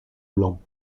blanc